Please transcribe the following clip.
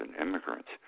immigrants